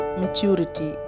maturity